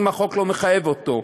אם החוק לא מחייב אותו.